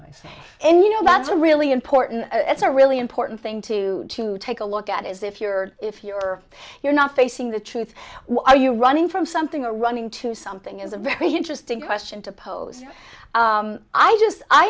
myself and you know that's a really important it's a really important thing to to take a look at is if you're if you're you're not facing the truth why are you running from something or running to something is a very interesting question to pose i just i